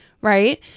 right